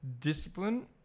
Discipline